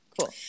cool